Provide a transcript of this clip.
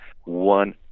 one